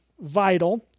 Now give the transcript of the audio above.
vital